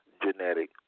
genetic